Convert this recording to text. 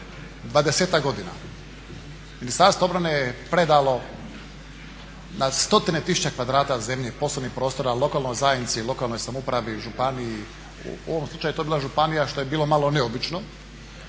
20-ak godina Ministarstvo obrane je predalo na stotine tisuća kvadrata zemlje i poslovnih prostora lokalnoj zajednici i lokalnoj samoupravi, županiji. U ovom slučaju je to bila županija što je bilo malo neobično